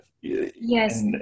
yes